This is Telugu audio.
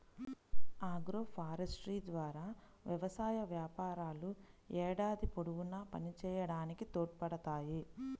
ఆగ్రోఫారెస్ట్రీ ద్వారా వ్యవసాయ వ్యాపారాలు ఏడాది పొడవునా పనిచేయడానికి తోడ్పడతాయి